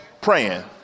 praying